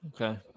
Okay